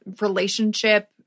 relationship